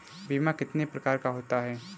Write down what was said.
बीमा कितने प्रकार का होता है?